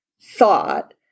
thought